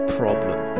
problem